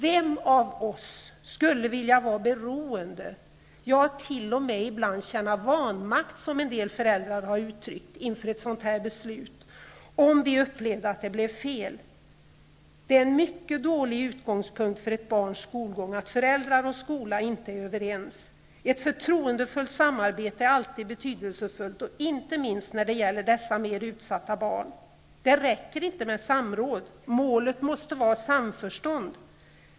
Vem av oss skulle vilja vara beroende, ja t.o.m. känna vanmakt, som en del föräldrar har uttryckt, inför ett sådant beslut, om vi upplevde att det blev fel? Det är en mycket dålig utgångspunkt för ett barns skolgång att föräldrar och skola inte är överens. Ett förtroendefullt samarbete är alltid betydelsefullt, och inte minst när det gäller dessa mer utsatta barn. Det räcker inte med samråd. Målet måste vara samförstånd.